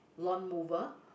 lawn mower